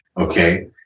Okay